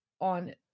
on